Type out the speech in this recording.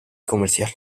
comercial